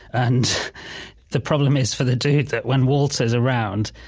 and the problem is, for the dude, that when walter's around,